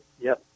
yes